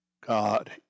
God